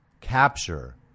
capture